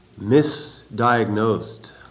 misdiagnosed